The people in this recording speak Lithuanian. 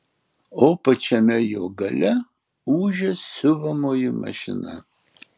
o pačiame jo gale ūžia siuvamoji mašina